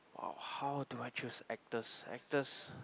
!wow! how do I choose actors actors